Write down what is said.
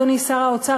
אדוני שר האוצר,